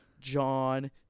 john